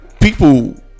People